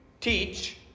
teach